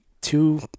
two